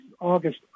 August